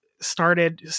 started